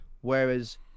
Whereas